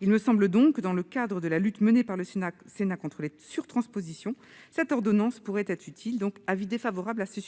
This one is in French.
Il me semble donc que, dans le cadre de la lutte menée par le Sénat contre les surtranspositions, cette ordonnance pourrait être utile. L'avis est donc défavorable. Quel